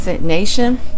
nation